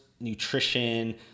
nutrition